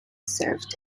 served